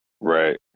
Right